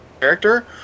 character